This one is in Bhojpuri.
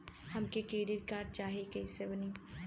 हमके क्रेडिट कार्ड चाही कैसे बनी?